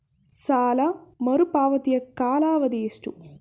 ಸಾಲ ಮರುಪಾವತಿಯ ಕಾಲಾವಧಿ ಎಷ್ಟು?